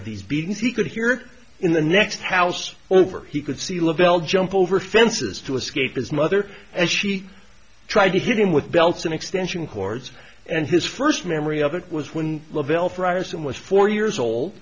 of these beatings he could hear in the next house over he could see labelle jump over fences to escape his mother as she tried to hit him with belts and extension cords and his first memory of it was when lavelle fryers him was four years old